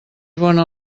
bona